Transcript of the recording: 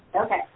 Okay